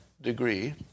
degree